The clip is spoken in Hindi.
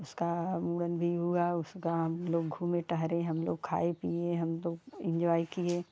उसका मूंडन भी हुआ उसका हम लोग घूमने ठहरे हम लोग खाए पिए हम लोग इंजॉय किए